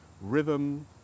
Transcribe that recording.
rhythm